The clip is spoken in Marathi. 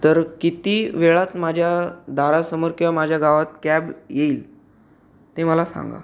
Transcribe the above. तर किती वेळात माझ्या दारासमोर किंवा माझ्या गावात कॅब येईल ते मला सांगा